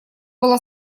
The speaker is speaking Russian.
была